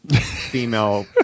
female